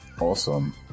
awesome